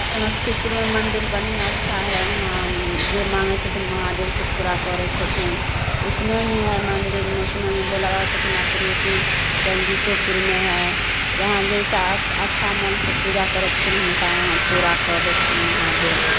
समस्तीपुरमे मन्डिल बढ़िआँ अच्छा हइ वहाँ जे माँगै छथिन महादेव से तऽ पूरा करै छथिन मैसिनोमे हइ मन्डिल मैसिनोमे भोलाबाबा छथिन आपरूपी रनजीतोपुरमे हइ जहाँ जइसा अच्छा मोन से पूजा करै छथिन हुनका पूरा कऽ दै छथिन महादेव